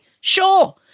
Sure